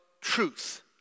truth